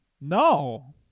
No